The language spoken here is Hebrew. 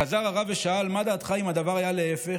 חזר הרב ושאל: מה דעתך אם הדבר היה להפך: